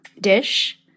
dish